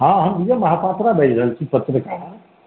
हॅं हम विजय महापात्रा बाजि रहल छी पत्रकार